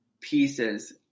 pieces